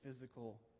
physical